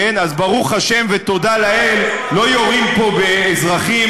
אז ברוך השם ותודה לאל לא יורים פה באזרחים,